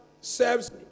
serves